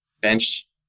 bench